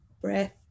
breath